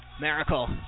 Miracle